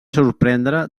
sorprendre